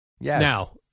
Now